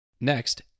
Next